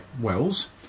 Wells